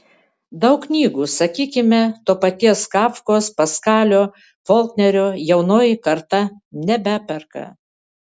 daug knygų sakykime to paties kafkos paskalio folknerio jaunoji karta nebeperka